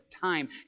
time